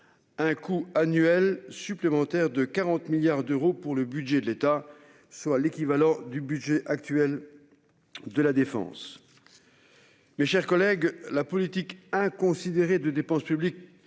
un coût annuel supplémentaire de 40 milliards d'euros pour le budget de l'État, soit l'équivalent du budget actuel de la défense. Mes chers collègues, la politique inconsidérée de dépense publique